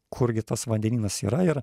kurgi tas vandenynas yra ir